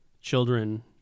children